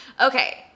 Okay